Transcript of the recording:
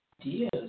ideas